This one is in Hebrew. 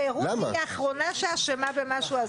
ורותי היא האחרונה שאשמה במשהו.